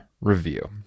review